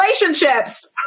relationships